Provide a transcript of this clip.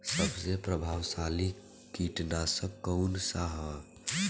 सबसे प्रभावशाली कीटनाशक कउन सा ह?